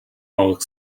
малых